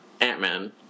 Ant-Man